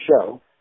show